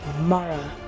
Mara